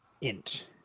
int